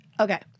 Okay